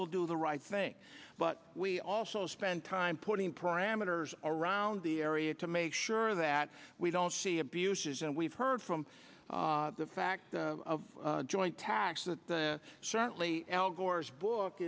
will do the right thing but we also spend time putting parameters around the area to make sure that we don't see abuses and we've heard from the fact of joint tax that certainly al gore's book